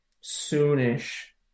soon-ish